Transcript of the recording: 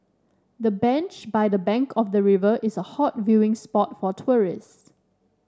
the bench by the bank of the river is a hot viewing spot for tourists